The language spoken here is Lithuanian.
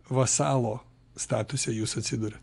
vasalo statuse jūs atsiduriat